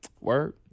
Word